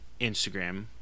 Instagram